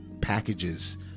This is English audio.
packages